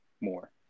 more